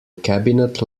cabinet